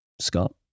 Scott